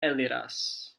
eliras